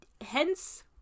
hence